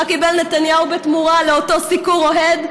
מה קיבל נתניהו בתמורה לאותו סיקור אוהד?